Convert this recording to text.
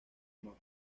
mapa